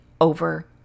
over